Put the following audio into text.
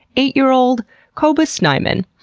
eight year old kobus snyman.